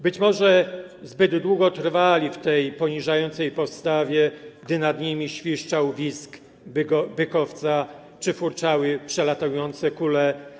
Być może zbyt długo trwali w tej poniżającej postawie, gdy nad nimi świszczał wizg bykowca czy furczały przelatujące kule.